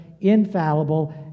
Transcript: infallible